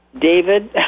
David